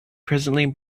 presently